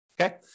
Okay